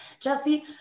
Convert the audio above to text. Jesse